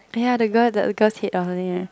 oh ya the girl the girl's head or something right